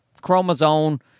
chromosome